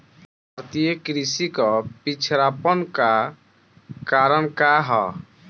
भारतीय कृषि क पिछड़ापन क कारण का ह?